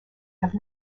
have